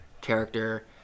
character